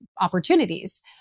opportunities